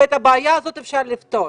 ואת הבעיה הזאת אפשר לפתור.